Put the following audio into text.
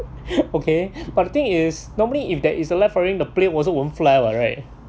okay but the thing is normally if there is a left hurrying the plane also won't fly what right